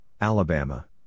Alabama